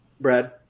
Brad